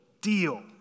deal